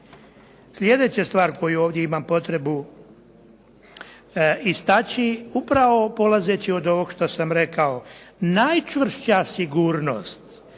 Sljedeča stvar koju ovdje imam potrebu istaći upravo polazeći od ovog što sam rekao. Najčvršća sigurnost,